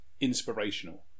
inspirational